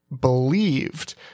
believed